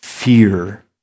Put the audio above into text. Fear